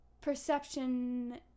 perception